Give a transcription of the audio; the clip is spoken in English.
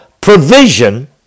provision